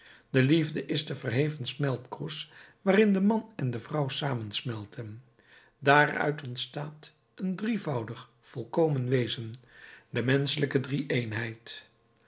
de liefde is de verheven smeltkroes waarin de man en de vrouw samensmelten daaruit ontstaat het een drievoudig volkomen wezen de menschelijke drieëenheid